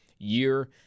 year